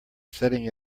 setting